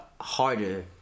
Harder